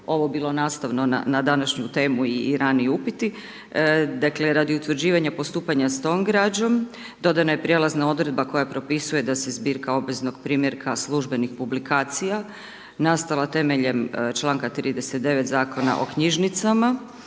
ovo bilo nastavno na današnju temu i raniji upiti, dakle radi utvrđivanja postupanja s tom građom, dodana je prijelazna odredba koja propisuje da se zbirka obveznog primjerka službenih publikacija nastala temeljem čl. 39 Zakona o knjižnicama,